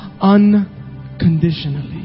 Unconditionally